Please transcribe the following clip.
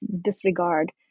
disregard